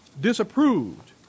disapproved